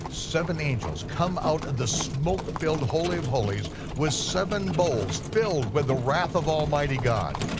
seven angels come out of the smoke-filled holy of holies with seven bowls filled with the wrath of almighty god.